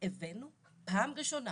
הבאנו פעם ראשונה